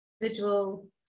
individual